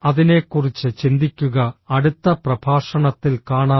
അതിനെക്കുറിച്ച് ചിന്തിക്കുക അടുത്ത പ്രഭാഷണത്തിൽ കാണാം